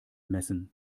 messen